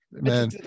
Man